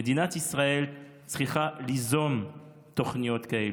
בזה שמדינת ישראל צריכה ליזום תוכניות כאלה,